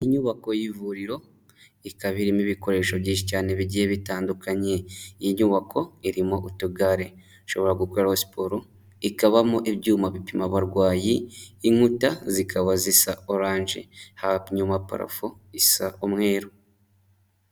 Inyubako y'ivuriro ikaba irimo ibikoresho byinshi cyane bigiye bitandukanye iyi nyubako irimo utugare ushobora gukora siporo, ikabamo ibyuma bipima abarwayi inkuta zikaba zisa oranje ha nyuma parafo isa umweru.